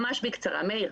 ממש בקצרה מאיר,